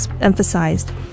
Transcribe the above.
emphasized